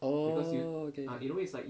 oh okay okay